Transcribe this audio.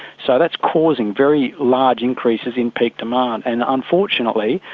so that's causing very large increases in peak demand, and unfortunately,